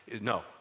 No